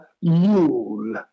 Yule